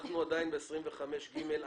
אנחנו עדיין בסעיף 25ג(א).